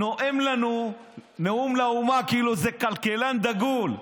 נואם לנו נאום לאומה כאילו איזה כלכלן דגול.